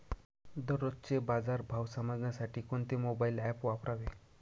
दररोजचे बाजार भाव समजण्यासाठी कोणते मोबाईल ॲप वापरावे?